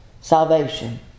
salvation